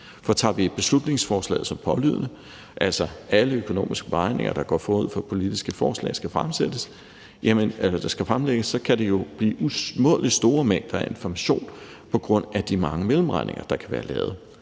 For tager vi beslutningsforslaget for pålydende – altså at alle økonomiske beregninger, der går forud for politiske forslag, skal fremlægges – kan det jo blive umådelig store mængder af information på grund af de mange mellemregninger, der kan være lavet.